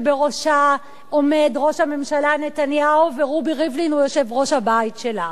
שבראשה עומד ראש הממשלה נתניהו ורובי ריבלין הוא יושב-ראש הבית שלה.